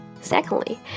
Secondly